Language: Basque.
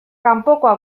kanpokoa